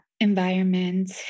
environment